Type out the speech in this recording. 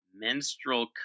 menstrual